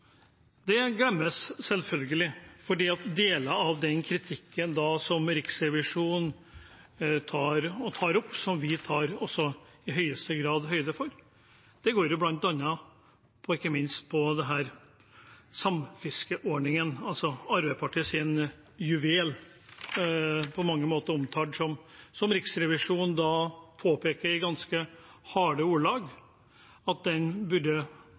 Det glemmes selvfølgelig. Deler av den kritikken som Riksrevisjonen kommer med, som vi i høyeste grad tar høyde for, går ikke minst på denne samfiskeordningen, Arbeiderpartiets juvel, som den på mange måter er omtalt som. Riksrevisjonen påpeker i ganske harde ordelag at den burde